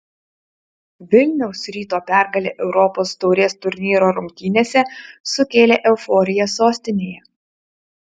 vilniaus ryto pergalė europos taurės turnyro rungtynėse sukėlė euforiją sostinėje